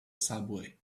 subway